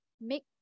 make